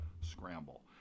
scramble